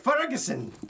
Ferguson